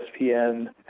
ESPN